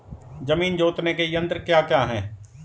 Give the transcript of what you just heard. जमीन जोतने के यंत्र क्या क्या हैं?